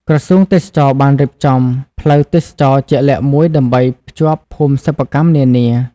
ក្រសួងទេសចរណ៍បានរៀបចំ ផ្លូវទេសចរណ៍ ជាក់លាក់មួយដើម្បីភ្ជាប់ភូមិសិប្បកម្មនានា។